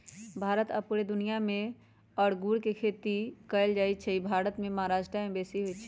भारत आऽ पुरे दुनियाँ मे अङगुर के खेती कएल जाइ छइ भारत मे महाराष्ट्र में बेशी होई छै